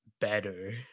better